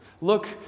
Look